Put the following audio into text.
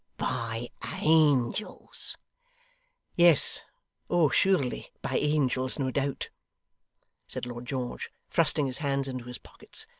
by angels yes oh surely by angels, no doubt said lord george, thrusting his hands into his pockets,